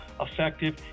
effective